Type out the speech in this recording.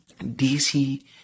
DC